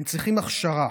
הם צריכים הכשרה.